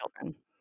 children